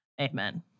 Amen